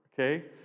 okay